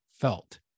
felt